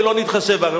ולא נתחשב בהן,